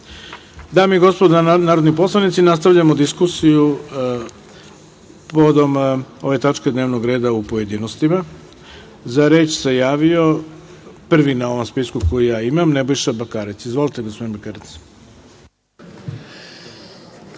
i gospodo narodni poslanici, nastavljamo diskusiju povodom ove tačke dnevnog reda u pojedinostima.Za reč se javio, prvi na ovom spisku koji ja imam, Nebojša Bakarec. Izvolite, gospodine Bakarec.